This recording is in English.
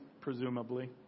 presumably